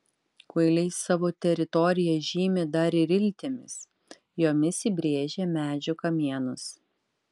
kuiliai savo teritoriją žymi dar ir iltimis jomis įbrėžia medžių kamienus